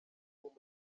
muri